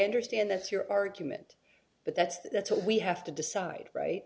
understand that's your argument but that's that's what we have to decide right